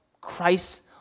Christ